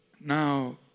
Now